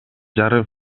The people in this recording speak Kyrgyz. жарым